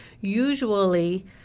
Usually